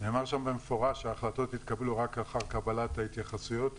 נאמר שם במפורש שההחלטות יתקבלו רק לאחר קבלת התייחסויות,